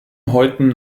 häuten